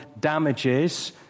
damages